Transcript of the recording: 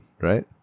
right